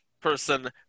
person